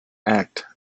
act